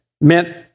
meant